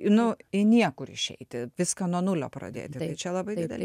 nu į niekur išeiti viską nuo nulio pradėti tai čia labai dideli